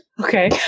Okay